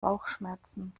bauchschmerzen